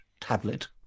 tablet